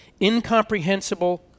incomprehensible